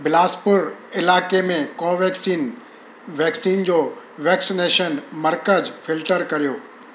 बिलासपुर इलाइक़े में Covaxin vaccine जो वैक्सनेशन मर्कज़ फिल्टर करियो